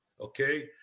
okay